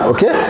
Okay